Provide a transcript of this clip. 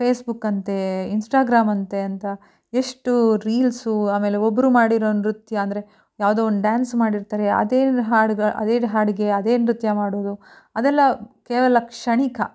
Facebook ಅಂತೆ Instagram ಅಂತೆ ಅಂತ ಎಷ್ಟು ರೀಲ್ಸು ಆಮೇಲೆ ಒಬ್ಬರು ಮಾಡಿರೋ ನೃತ್ಯ ಅಂದರೆ ಯಾವುದೋ ಒಂದು ಡಾನ್ಸ್ ಮಾಡಿರ್ತಾರೆ ಅದೇ ಹಾಡುಗಳು ಅದೇ ಹಾಡಿಗೆ ಅದೇ ನೃತ್ಯ ಮಾಡೋದು ಅದೆಲ್ಲ ಕೇವಲ ಕ್ಷಣಿಕ